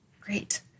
Great